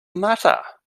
matter